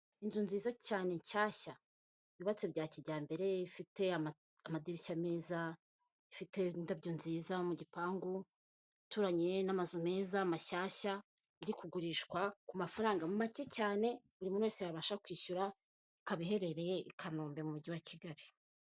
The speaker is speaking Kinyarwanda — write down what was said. Inzu nziza cyane nshyashya yubatse bya kijyambere, ifite amadirishya meza, ifite indabyo nziza mu gipangu, ituranye n'amazu meza mashyashya, iri kugurishwa ku mafaranga make cyane buri muntu wese yabasha kwishyu, ikaba iherereye i Kanombe mu mujyi wa Kigali.